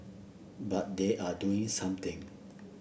but they are doing something